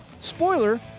spoiler